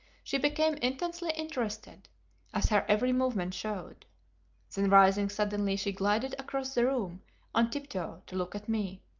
she became intensely interested as her every movement showed. then rising suddenly she glided across the room on tiptoe to look at me.